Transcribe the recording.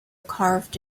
carved